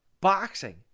boxing